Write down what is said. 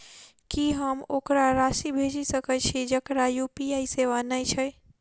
की हम ओकरा राशि भेजि सकै छी जकरा यु.पी.आई सेवा नै छै?